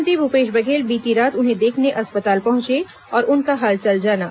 मुख्यमंत्री भूपेश बघेल बीती रात उन्हें देखने अस्पताल पहुंचे और उनका हालचाल जाना